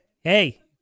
hey